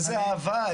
איזו אהבה.